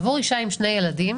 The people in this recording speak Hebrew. עבור אישה עם שני ילדים,